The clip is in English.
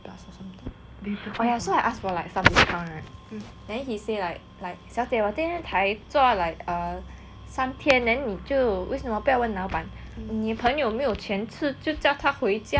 so I ask for staff discount right then he say like like 小姐我今天才做 like err 三天 then 你就为什么不要问老板你朋友没有钱吃就叫他回家还是